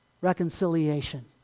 reconciliation